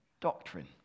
doctrine